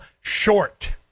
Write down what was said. short